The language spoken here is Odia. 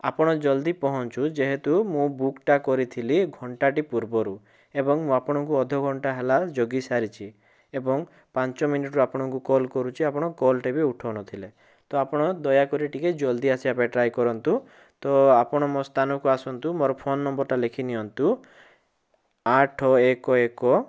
ଆପଣ ଜଲ୍ଦି ପହଞ୍ଚନ୍ତୁ ଯେହେତୁ ମୁଁ ବୁକ୍ଟା କରିଥିଲି ଘଣ୍ଟାଟେ ପୂର୍ବରୁ ଏବଂ ମୁଁ ଆପଣଙ୍କୁ ଅଧଘଣ୍ଟା ହେଲା ଜଗି ସାରିଛି ଏବଂ ପାଞ୍ଚ ମିନିଟ୍ରୁ ଆପଣଙ୍କୁ କଲ୍ କରୁଛି ଆପଣ କଲ୍ଟା ବି ଉଠଉନଥିଲେ ତ ଆପଣ ଦୟାକରି ଟିକିଏ ଜଲ୍ଦି ଆସିବାପାଇଁ ଟ୍ରାଏ କରନ୍ତୁ ତ ଆପଣ ମୋ ସ୍ଥାନକୁ ଆସନ୍ତୁ ମୋର୍ ଫୋନ୍ ନମ୍ବର୍ଟା ଲେଖି ନିଅନ୍ତୁ ଆଠ ଏକ ଏକ